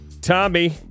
Tommy